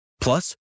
Plus